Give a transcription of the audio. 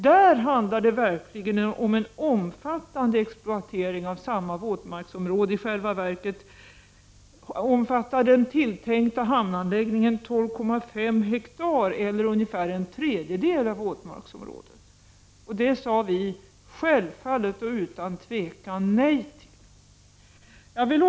Där handlade det verkligen om en omfattande exploatering av samma våtmarksområde. I själva verket omfattade den tilltänkta hamnanläggningen 12,5 hektar eller ungefär en tredjedel av våtmarksområdet. Det sade vi självfallet och utan tvekan nej till.